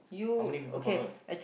how many people call her